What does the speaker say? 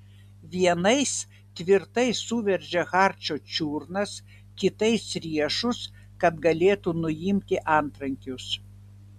vienais tvirtai suveržė hardžio čiurnas kitais riešus kad galėtų nuimti antrankius